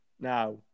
Now